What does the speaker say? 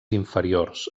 inferiors